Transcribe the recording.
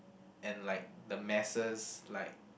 and like the masses like